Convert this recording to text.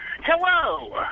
Hello